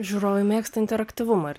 žiūrovai mėgsta interaktyvumą ar